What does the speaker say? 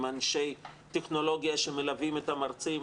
עם אנשי טכנולוגיה שמלווים את המרצים,